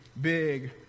big